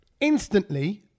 Instantly